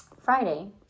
Friday